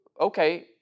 okay